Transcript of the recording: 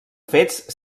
fets